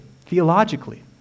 theologically